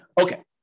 Okay